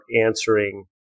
answering